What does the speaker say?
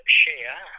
share